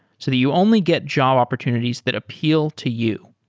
so that you only get job opportunities that appeal to you.